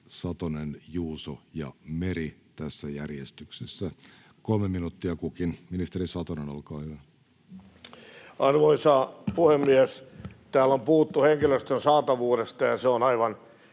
Satonen, Juuso ja Meri, tässä järjestyksessä. Kolme minuuttia kukin. — Ministeri Satonen, olkaa hyvä. Arvoisa puhemies! Täällä on puhuttu henkilöstön saatavuudesta, ja se on aivan